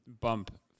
bump